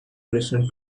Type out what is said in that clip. listen